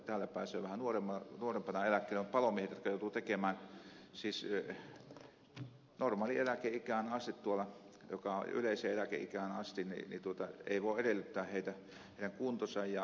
täällä pääsee vähän nuorempana eläkkeelle mutta palomiehet joutuvat tekemään siis normaaliin eläkeikään asti yleiseen eläkeikään asti eikä voi edellyttää heidän kuntonsa varjolla että he pystyvät tekemään sitä työtä eläkeikään saakka